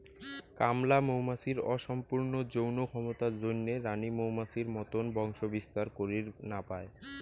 কামলা মৌমাছির অসম্পূর্ণ যৌন ক্ষমতার জইন্যে রাণী মৌমাছির মতন বংশবিস্তার করির না পায়